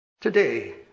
Today